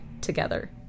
together